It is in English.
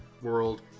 World